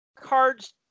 cards